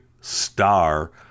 star